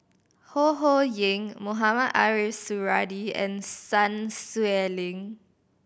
Ho Ho Ying Mohamed Ariff Suradi and Sun Xueling